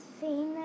seen